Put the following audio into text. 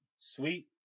Sweet